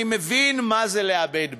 אני מבין מה זה לאבד בית.